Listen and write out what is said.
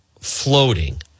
floating